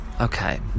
Okay